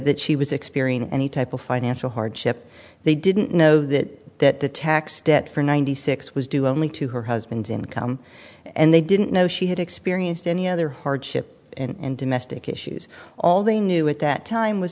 that she was experiencing any type of financial hardship they didn't know that the tax debt for ninety six was due only to her husband's income and they didn't know she had experienced any other hardship and domestic issues all they knew at that time was